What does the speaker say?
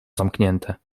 zamknięte